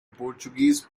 portuguese